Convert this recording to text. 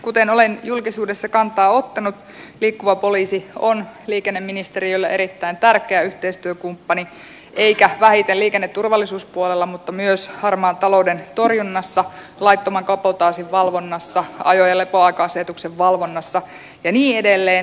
kuten olen julkisuudessa kantaa ottanut liikkuva poliisi on liikenneministeriölle erittäin tärkeä yhteistyökumppani eikä vähiten liikenneturvallisuuspuolella vaan myös harmaan talouden torjunnassa laittoman kabotaasin valvonnassa ajo ja lepoaika asetuksen valvonnassa ja niin edelleen